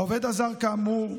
העובד הזר, כאמור,